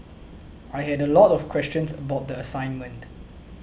I had a lot of questions about the assignment